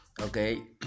Okay